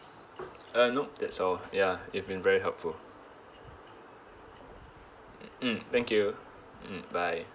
uh nope that's all ya you've been very helpful mm thank you mm bye